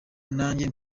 nanjye